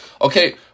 Okay